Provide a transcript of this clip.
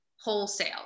wholesale